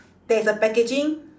there is a packaging